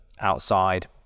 outside